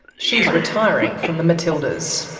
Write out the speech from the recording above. she's retiring from the matildas.